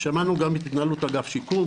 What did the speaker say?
ושמענו גם את ההתנהלות של אגף השיקום,